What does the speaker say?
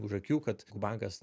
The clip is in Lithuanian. už akių kad bankas